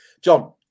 John